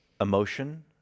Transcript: emotion